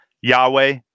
Yahweh